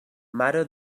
mare